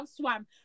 swam